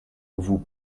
vous